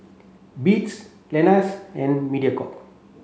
Beats Lenas and Mediacorp